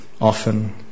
often